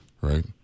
right